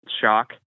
shock